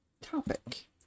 topic